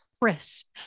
crisp